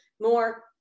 more